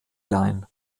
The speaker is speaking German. line